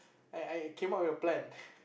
I I came up with a plan